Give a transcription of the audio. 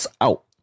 out